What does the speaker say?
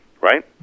right